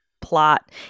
plot